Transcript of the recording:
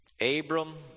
Abram